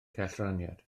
cellraniad